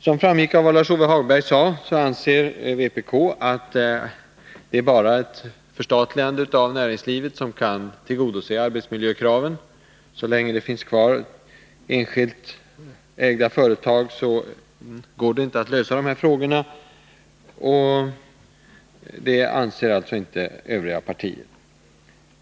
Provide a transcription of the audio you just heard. Som framgick av vad Lars-Ove Hagberg sade anser vpk att bara genom ett förstatligande av näringslivet kan arbetsmiljökraven tillgodoses. Så länge det finns kvar enskilt ägda företag går det inte att lösa dessa frågor. Det anser alltså inte övriga partier.